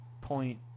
point